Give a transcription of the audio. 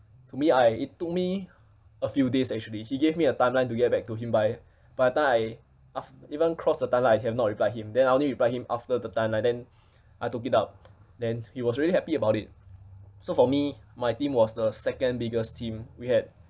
to me I it took me a few days actually he gave me a timeline to get back to him by by the time I af~ even cross the timeline I have not reply him then I only reply him after the timeline then I took it up then he was really happy about it so for me my team was the second biggest team we had